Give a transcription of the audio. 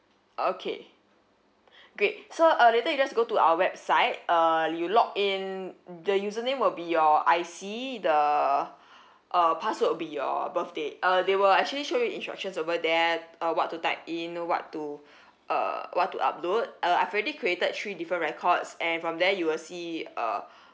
okay great so uh later you just go to our website uh you log in the username will be your I_C the uh password will be your birthday uh they will actually show you instructions over there uh what to type in you know what to uh what to upload uh I've already created three different records and from there you will see uh